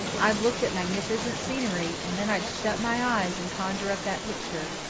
i've looked at magnificent scenery and then i'd shut my eyes and conjure up that picture.